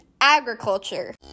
agriculture